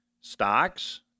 Stocks